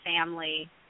family